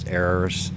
errors